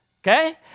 okay